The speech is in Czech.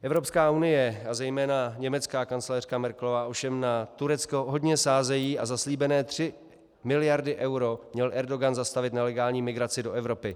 Evropská unie a zejména německá kancléřka Merkelová ovšem na Turecko hodně sázejí a za slíbené tři miliardy eur měl Erdogan zastavit nelegální migraci do Evropy.